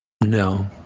no